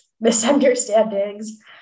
misunderstandings